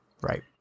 right